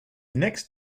next